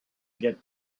get